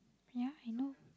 ya I know